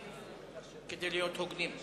כדי להיות הוגנים.